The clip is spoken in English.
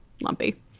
lumpy